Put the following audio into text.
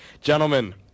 Gentlemen